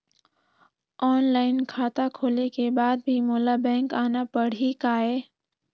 Online खाता खोले के बाद भी मोला बैंक आना पड़ही काय?